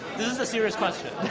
this is a serious question.